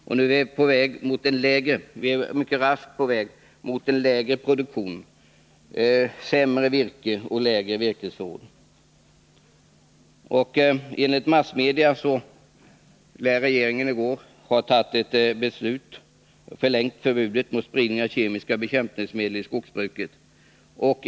Och vi är mycket raskt på väg mot en lägre produktion, sämre virke och mindre virkesförråd. Enligt massmedia lär regeringen i går ha fattat beslut om att förlänga förbudet mot spridning av kemiska bekämpningsmedel i skogsbruket.